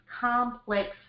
complex